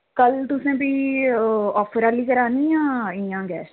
कल तुसें बी आफर आह्ली करानी जां इ'यां गै